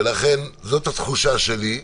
זאת התחושה שלי.